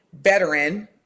veteran